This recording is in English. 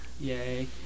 Yay